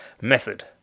Method